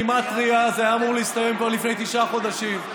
ובגימטרייה זה היה אמור להסתיים כבר לפני תשעה חודשים